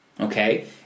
okay